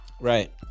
Right